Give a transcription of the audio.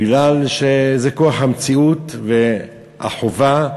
בגלל שזה כורח המציאות והחובה.